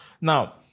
Now